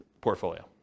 portfolio